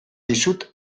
dizut